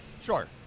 sure